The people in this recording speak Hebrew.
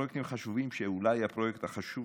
ואולי הפרויקט החשוב